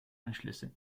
anschlüsse